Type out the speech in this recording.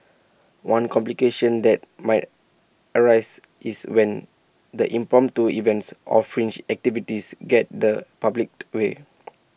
one complication that might arise is when the impromptu events or fringe activities get the public's way